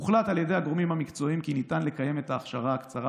הוחלט על ידי הגורמים המקצועיים כי ניתן לקיים את ההכשרה הקצרה,